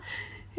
yeah